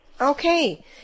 Okay